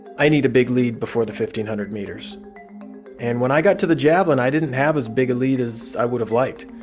i need a big lead before the fifteen hundred meters and, when i got to the javelin, i didn't have as big a lead as i would have liked.